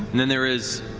and then there is,